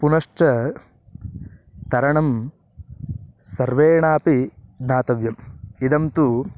पुनश्च तरणं सर्वेणापि ज्ञातव्यम् इदं तु